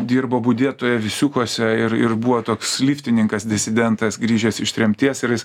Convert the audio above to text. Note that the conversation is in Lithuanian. dirbo budėtoja visiukuose ir ir buvo toks liftininkas disidentas grįžęs iš tremties ir jis